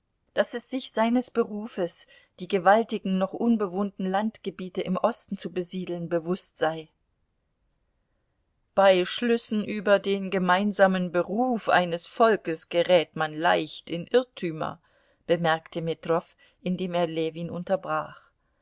daß es sich seines berufes die gewaltigen noch unbewohnten landgebiete im osten zu besiedeln bewußt sei bei schlüssen über den gemeinsamen beruf eines volkes gerät man leicht in irrtümer bemerkte metrow indem er ljewin unterbrach